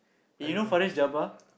eh you know Faris-Jabbar